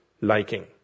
liking